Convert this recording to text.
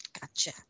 Gotcha